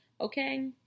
Okay